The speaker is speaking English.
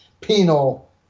penal